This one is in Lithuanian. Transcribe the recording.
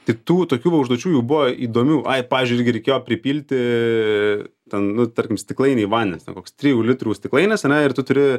tik tų tokių va užduočių jų buvo įdomių ai pavyzdžiui irgi reikėjo pripilti ten nu tarkim stiklainyje vandens ten koks trijų litrų stiklainis ane ir tu turi